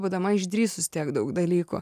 būdama išdrįsus tiek daug dalykų